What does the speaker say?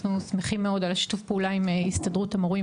אנחנו שמחים מאוד על השיתוף פעולה עם הסתדרות המורים,